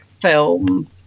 film